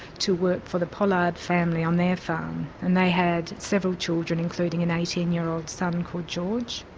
to work for the pollard family on their farm, and they had several children, including an eighteen year old son called george.